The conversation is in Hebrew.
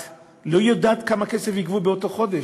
את לא יודעת כמה כסף יגבו באותו חודש,